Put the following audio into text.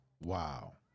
Wow